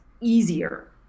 easier